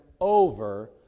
over